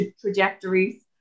trajectories